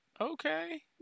Okay